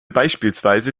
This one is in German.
beispielsweise